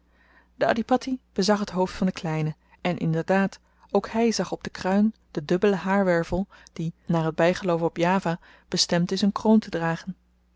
de adhipatti bezag t hoofd van den kleine en inderdaad ook hy zag op de kruin den dubbelen haarwervel die naar t bygeloof op java bestemd is een kroon te dragen